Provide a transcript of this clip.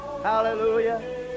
Hallelujah